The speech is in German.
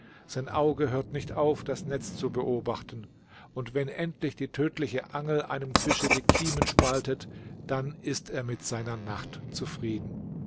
sein auge hört nicht auf das netz zu beobachten und wenn endlich die tödliche angel einem fische die kiemen spaltet dann ist er mit seiner nacht zufrieden